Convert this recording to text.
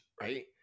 right